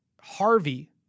Harvey